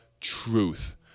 truth